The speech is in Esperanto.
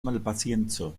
malpacienco